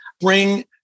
bring